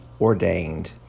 ordained